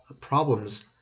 problems